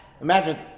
imagine